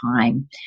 time